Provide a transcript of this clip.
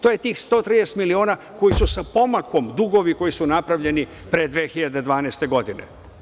To je tih 130 miliona koji su sa pomakom dugovi koji su napravljeni pre 2012. godine.